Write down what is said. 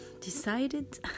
decided